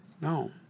No